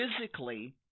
physically